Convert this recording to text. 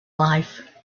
life